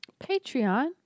Patreon